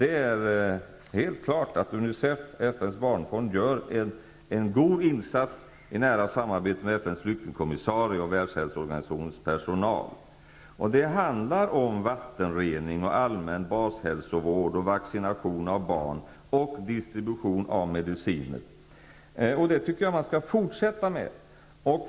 Det är helt klart att Unicef, FN:s barnfond, gör en god insats i nära samarbete med FN:s flyktingkommissarie och Världshälsoorganisationens personal. Det handlar om vattenrening, allmän bashälsovård, vaccination av barn och distribution av mediciner. Detta tycker jag att man skall fortsätta med.